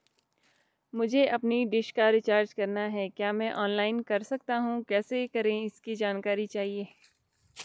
मुझे अपनी डिश का रिचार्ज करना है क्या मैं ऑनलाइन कर सकता हूँ कैसे करें इसकी जानकारी चाहिए?